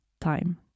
time